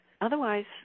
Otherwise